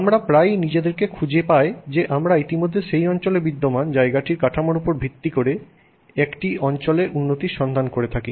আমরা প্রায়ই নিজেদেরকে খুঁজে পায় যে আমরা ইতিমধ্যে সেই অঞ্চলে বিদ্যমান জায়গাটির কাঠামোর উপর ভিত্তি করে একটি অঞ্চলে উন্নতির সন্ধান করতে থাকি